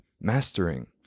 mastering